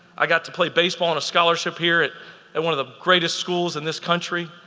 i got to play baseball on a scholarship here at at one of the greatest schools in this country.